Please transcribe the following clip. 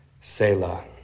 Selah